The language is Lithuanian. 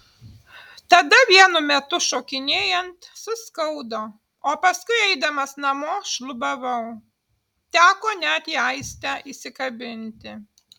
tada vienu metu šokinėjant suskaudo o paskui eidamas namo šlubavau teko net į aistę įsikabinti